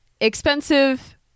expensive